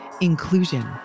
Inclusion